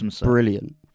brilliant